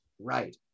Right